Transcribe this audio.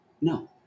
No